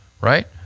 right